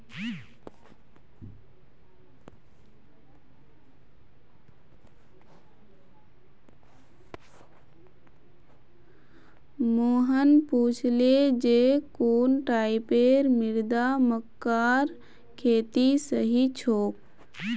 मोहन पूछले जे कुन टाइपेर मृदा मक्कार खेतीर सही छोक?